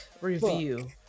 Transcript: review